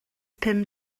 pum